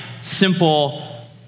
simple